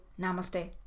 Namaste